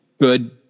good